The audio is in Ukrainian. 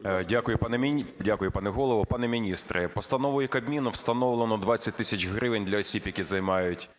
10:38:45 КОЛТУНОВИЧ О.С. Дякую, пане Голово. Пане міністре, постановою Кабміну встановлено 20 тисяч гривень для осіб, які займають